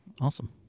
Awesome